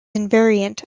invariant